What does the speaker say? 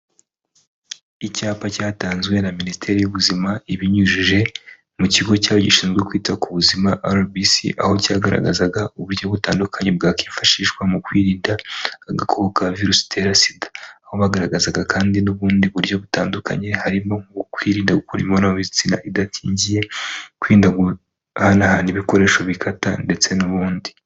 Icyapa cyatanzwe na minisiteri y'ubuzima ibinyujije mu kigo cyabo gishinzwe kwita ku buzima arabisi (rbc) aho cyagaragazaga uburyo butandukanye bwakifashishwa mu kwirinda agakoko ka virusi itera sida aho bagaragazaga kandi n'ubundi buryo butandukanye harimo kwirinda gukora imibonano mpuzabitsina idakingiye, kwirinda guhanahana ibikoresho bikata ndetse n'ubundi.